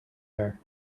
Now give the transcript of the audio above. her